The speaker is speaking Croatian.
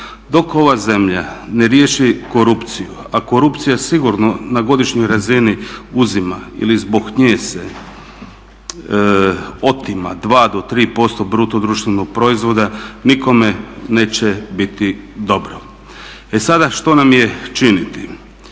dok ova zemlja ne riješi korupciju, a korupcija sigurno na godišnjoj razini uzima ili zbog nje se otima 2 do 3% BDP nikome neće biti dobro. E sada što nam je činiti?